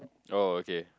oh okay